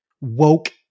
woke